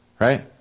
Right